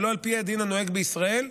ולא על פי הדין הנוהג בישראל.